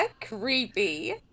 creepy